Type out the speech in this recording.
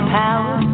power